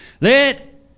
Let